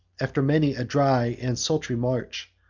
after many a dry and sultry march,